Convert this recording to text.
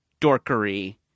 dorkery